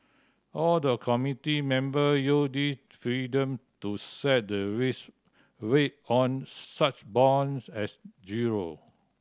all the committee member use this freedom to set the risk weight on such bonds as zero